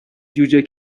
جوجه